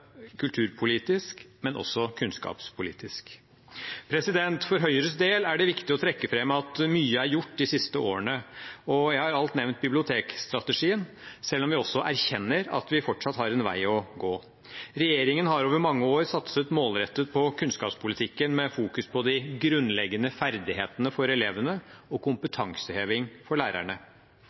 kulturpolitisk og kunnskapspolitisk. For Høyres del er det viktig å trekke fram at mye er gjort de siste årene. Jeg har alt nevnt bibliotekstrategien, selv om vi også erkjenner at vi fortsatt har en vei å gå. Regjeringen har over mange år satset målrettet på kunnskapspolitikken med fokus på de grunnleggende ferdighetene for elevene og kompetanseheving for lærerne.